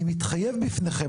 אני מתחייב בפניכם